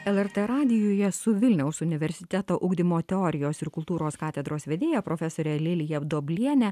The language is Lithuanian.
lrt radijuje su vilniaus universiteto ugdymo teorijos ir kultūros katedros vedėja profesore lilija duobliene